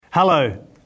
Hello